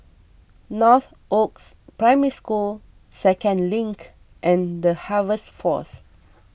Northoaks Primary School Second Link and the Harvest force